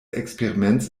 experiments